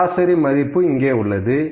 சராசரி மதிப்பு இங்கே உள்ளது